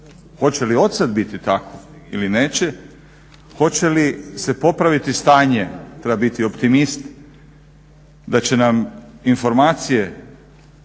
Hoće li odsad biti tako ili neće. Hoće li se popraviti stanje, treba biti optimist da će nam informacije